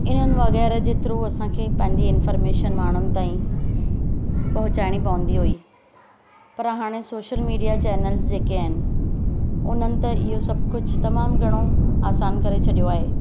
इन्हनि वग़ैरह जे थ्रू असांखे पंहिंजी इन्फॉर्मेशन माण्हुनि ताईं पहुचाइणी पवंदी हुई पर हाणे सोशल मीडिआ चैनल्स जेके आहिनि उन्हनि त इहो सभु कुझु तमामु धणो आसानु करे छॾियो आहे